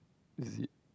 zip